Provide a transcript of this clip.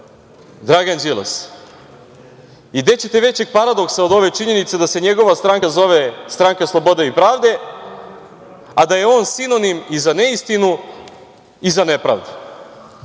Dragan Đilas. Gde ćete većeg paradoksa od ove činjenice da se njegova stranka zove Stranka slobode i pravde, a da je on sinonim i za neistinu i za nepravdu. Sve